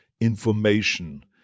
information